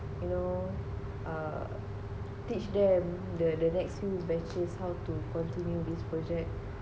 you know um teach them the the purchase how to continue this project